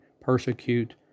persecute